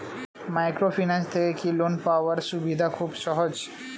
Microfinance থেকে কি loan পাওয়ার সুবিধা খুব সহজ?